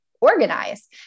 organize